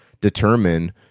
determine